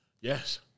Yes